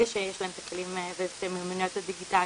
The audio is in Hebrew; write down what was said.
שיש להם את הכלים ואת המיומנויות הדיגיטליות.